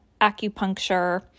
acupuncture